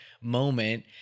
moment